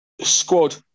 squad